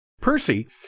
PERCY